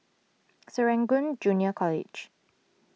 Serangoon Junior College